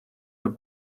good